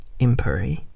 empire